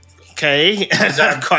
okay